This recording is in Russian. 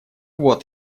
вот